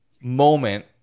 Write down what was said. moment